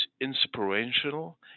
inspirational